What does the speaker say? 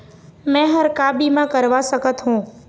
मैं हर का बीमा करवा सकत हो?